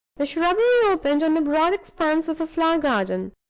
the shrubbery opened on the broad expanse of a flower garden,